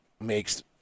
makes